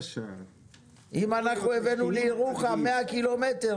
אם אנחנו הבאנו לירוחם 100 קילומטר,